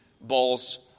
balls